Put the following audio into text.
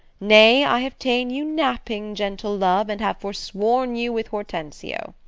nay, i have ta'en you napping, gentle love, and have forsworn you with hortensio.